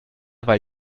weil